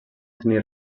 tenir